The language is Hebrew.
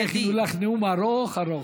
כנראה הכינו לך נאום ארוך ארוך.